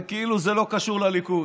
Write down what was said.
וכאילו זה לא קשור לליכוד.